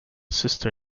sister